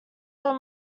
were